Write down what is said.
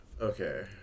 Okay